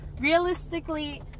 realistically